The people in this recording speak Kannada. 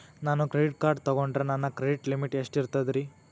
ನಾನು ಕ್ರೆಡಿಟ್ ಕಾರ್ಡ್ ತೊಗೊಂಡ್ರ ನನ್ನ ಕ್ರೆಡಿಟ್ ಲಿಮಿಟ್ ಎಷ್ಟ ಇರ್ತದ್ರಿ?